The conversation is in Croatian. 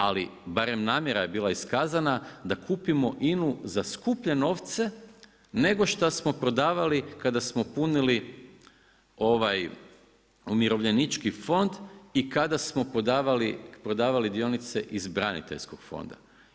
Ali barem namjera je bila iskazana da kupimo INA-u za skuplje novce nego šta smo predavali kada smo punili umirovljenički fond i kada smo prodavali dionice iz braniteljskog fonda.